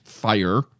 fire